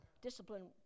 discipline